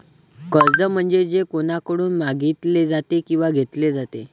कर्ज म्हणजे जे कोणाकडून मागितले जाते किंवा घेतले जाते